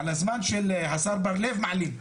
על הזמן של השר בר לב מעלים.